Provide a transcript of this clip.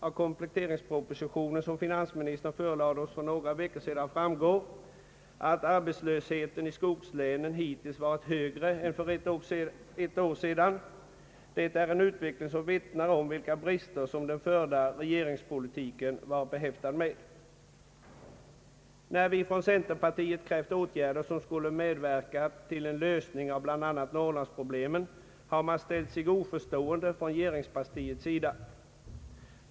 Av kompletteringspropositionen som = finansministern förelade oss för några veckor sedan framgår att arbetslösheten i skogslänen hittills i år varit högre än för ett år sedan. Det är en utveckling som vittnar om vilka brister den förda regeringspolitiken varit behäftad med. När vi från centerpartiet krävt åtgärder som skulle medverka till en lösning av bl.a. Norrlandsproblemen har man ställt sig oförstående från regeringspartiets sida.